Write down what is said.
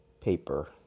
paper